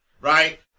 right